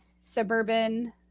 Suburban